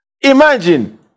Imagine